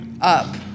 up